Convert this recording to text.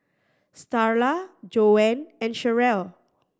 Starla Joanne and Cherrelle